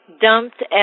dumped